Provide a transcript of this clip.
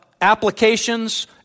applications